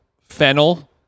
fennel